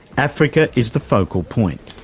africa is the focal point.